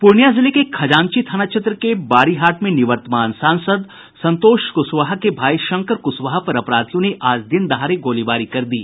पूर्णिया जिले के खजांची थाना क्षेत्र के बारीहाट में निवर्तमान सांसद संतोष कुशवाहा के भाई शंकर कुशवाहा पर अपराधियों ने आज दिन दहाड़े गोलीबारी कर दी